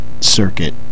circuit